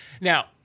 now